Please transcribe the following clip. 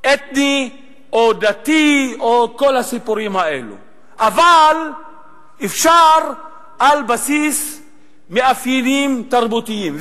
אתני או דתי, אבל אפשר על בסיס מאפיינים תרבותיים.